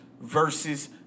versus